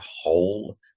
whole